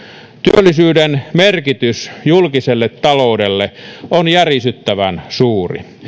työllisyyden merkitys julkiselle taloudelle on järisyttävän suuri